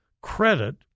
credit